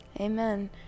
Amen